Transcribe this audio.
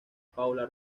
paula